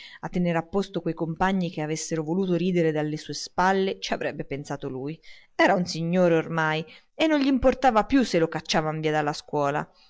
a posto quei compagni che avessero voluto ridere alle sue spalle ci avrebbe pensato lui era un signore ormai e non gl'importava più se lo cacciavano via dalla scuola